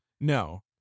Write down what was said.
No